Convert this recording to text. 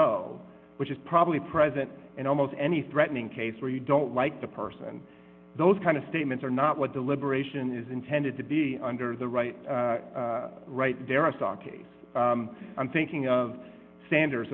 o which is probably present in almost any threatening case where you don't like the person those kind of statements are not what deliberation is intended to be under the right right there i saw case i'm thinking of sanders